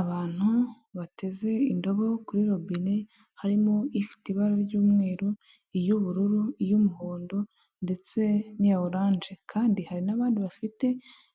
Abantu bateze indobo kuri robine harimo ifite ibara ry'umweru, iy'ubururu, iy'umuhondo ndetse n'iya oranje kandi hari n'abandi bafite